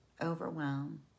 overwhelm